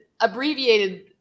abbreviated